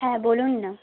হ্যাঁ বলুন না